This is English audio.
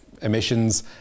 emissions